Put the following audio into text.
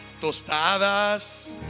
tostadas